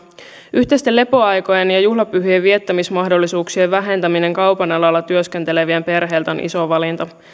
yhteisten lepoaikojen ja juhlapyhien viettämismahdollisuuksien vähentäminen kaupan alalla työskentelevien perheiltä on iso valinta